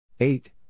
Eight